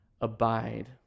abide